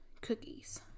cookies